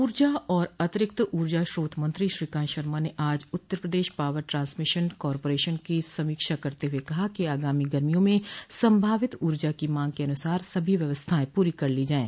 ऊर्जा और अतिरिक्ति ऊर्जा स्रोत मंत्री श्रीकांत शर्मा ने आज Uttar Pradesh power transmission corporation की समीक्षा करते हुए कहा कि आगामी गर्मियों में संभावित ऊर्जा की मांग के अनुसार सभी व्यवस्थाएं पूरी कर ली जाये